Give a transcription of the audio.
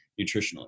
nutritionally